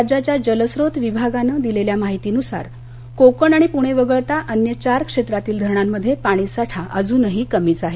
राज्याच्या जल स्त्रोत विभागानं दिलेल्या माहितीनुसार कोकण आणि पुणे वगळता अन्य चार क्षेत्रातील धरणांमध्ये पाणीसाठा अजूनही कमीच आहे